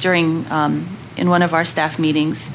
during one of our staff meetings